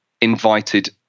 invited